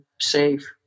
safe